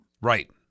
Right